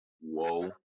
whoa